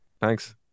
Thanks